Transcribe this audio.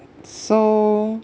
so